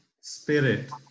Spirit